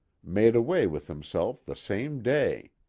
made away with himself the same day.